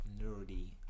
nerdy